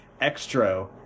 extra